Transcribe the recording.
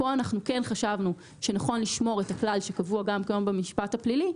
כאן אנחנו כן חשבנו שנכון לשמור את הכלל שקבוע גם כיום במשפט הפלילי,